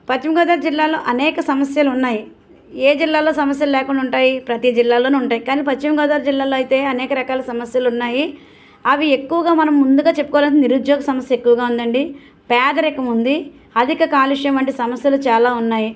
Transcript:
పశ్చిమగోదావరి జిల్లాలో అనేక సమస్యలు ఉన్నాయి ఏ జిల్లాలో సమస్యలు లేకుండా ఉంటాయి ప్రతి జిల్లాలోని ఉంటాయి కానీ పశ్చిమ గోదావరి జిల్లాలో అయితే అనేక రకాల సమస్యలు ఉన్నాయి అవి ఎక్కువగా మనం ముందుగా చెప్పుకోవాలంటే నిరుద్యోగ సమస్య ఎక్కువగా ఉందండి పేదరికం ఉంది అధిక కాలుష్యం వంటి సమస్యలు చాలా ఉన్నాయి